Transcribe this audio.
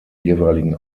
jeweiligen